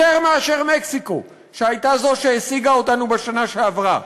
יותר מאשר מקסיקו, שהיא שהשיגה אותנו בשנה שעברה.